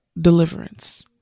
deliverance